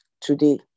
Today